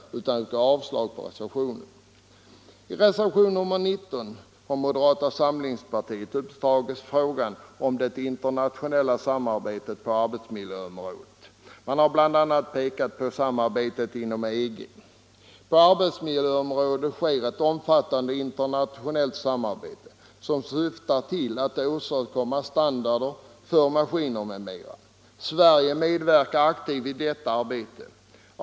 På arbetsmiljöområdet sker ett omfattande internationellt samarbete som syftar till att åstadkomma en gemensam standard för maskiner m.m. Sverige medverkar aktivt i detta arbete.